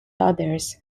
others